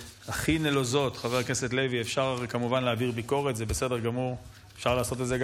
חברי הכנסת, נעבור לנושא הבא